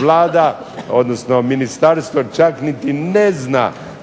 Vlada odnosno ministarstvo čak niti ne zna